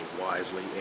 wisely